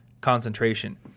concentration